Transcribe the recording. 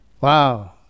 Wow